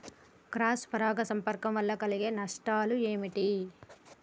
Cross పరాగ సంపర్కం వల్ల కలిగే నష్టాలు ఏమిటి?